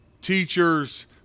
Teachers